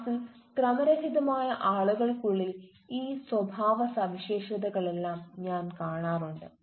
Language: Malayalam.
ക്ലാസിൽ ക്രമരഹിതമായ ആളുകൾക്കുള്ളിൽ ഈ സ്വഭാവസവിശേഷതകളെല്ലാം ഞാൻ കാണാറുണ്ട്